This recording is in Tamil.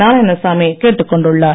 நாராயணசாமி கேட்டுக்கொண்டுள்ளார்